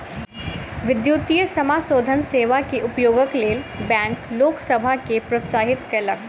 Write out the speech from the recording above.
विद्युतीय समाशोधन सेवा के उपयोगक लेल बैंक लोक सभ के प्रोत्साहित कयलक